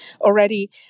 already